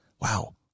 wow